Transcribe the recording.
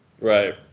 Right